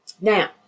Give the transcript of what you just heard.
Now